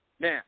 Now